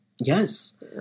Yes